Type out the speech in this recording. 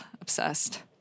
obsessed